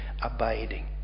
abiding